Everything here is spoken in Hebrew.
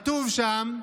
וכתוב שם: